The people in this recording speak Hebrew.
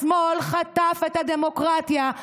השמאל חטף את הדמוקרטיה.